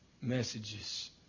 messages